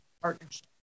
partnership